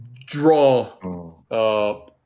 draw